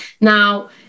Now